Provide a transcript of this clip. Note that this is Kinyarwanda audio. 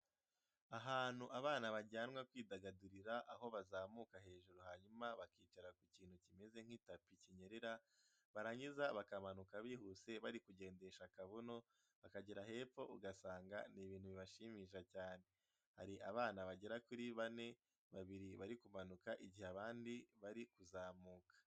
Ahantu abana bajyanwa kwidagadurira aho bazamuka hejuru hanyuma bakicara ku kintu kimeze nk'itapi kinyerera barangiza bakamanuka bihuse bari kugendesha akabuno bakagera hepfo ugasanga ni ibintu bibashimisha cyane. Hari abana bagera kuri bane, babiri bari kumanuka igihe abandi bari kuzamuka.